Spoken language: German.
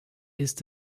ist